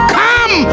come